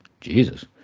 Jesus